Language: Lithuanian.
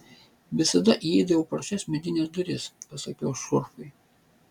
visada įeidavau pro šias medines duris pasakiau šurfui